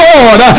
Lord